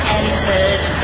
entered